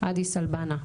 אדיס אלבנה,